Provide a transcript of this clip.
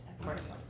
accordingly